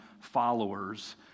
followers